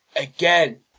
Again